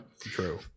true